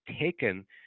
taken